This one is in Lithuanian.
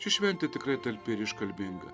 ši šventė tikrai talpi ir iškalbinga